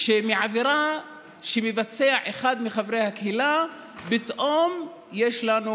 שמעבירה שמבצע אחד מחברי הקהילה פתאום יש לנו